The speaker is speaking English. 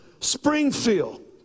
Springfield